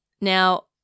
Now